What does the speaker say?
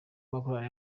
makorali